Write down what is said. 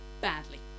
badly